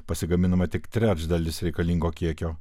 pasigaminama tik trečdalis reikalingo kiekio